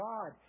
God